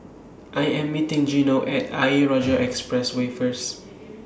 I Am meeting Gino At Ayer Rajah Expressway First